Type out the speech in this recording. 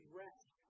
rest